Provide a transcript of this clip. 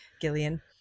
Gillian